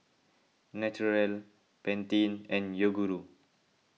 Naturel Pantene and Yoguru